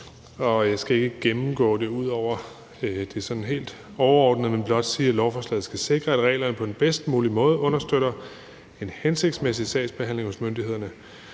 Jeg skal ikke gennemgå det ud over det sådan helt overordnede, men blot sige, at lovforslaget skal sikre, at reglerne på den bedst mulige måde understøtter en hensigtsmæssig sagsbehandling hos myndighederne.